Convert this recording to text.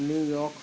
New York